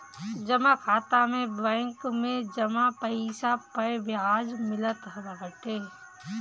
जमा खाता में बैंक में जमा पईसा पअ बियाज मिलत बाटे